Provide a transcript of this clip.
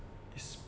is